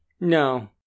No